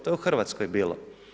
To je u Hrvatskoj bilo.